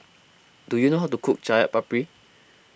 do you know how to cook Chaat Papri